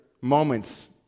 moments